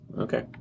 Okay